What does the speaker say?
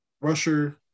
Rusher